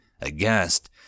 aghast